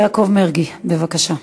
חבר הכנסת יעקב מרגי, בבקשה.